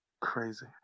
Crazy